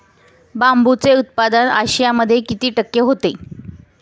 बांबूचे उत्पादन आशियामध्ये किती टक्के होते?